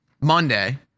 Monday